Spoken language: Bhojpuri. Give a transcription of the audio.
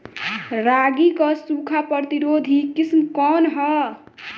रागी क सूखा प्रतिरोधी किस्म कौन ह?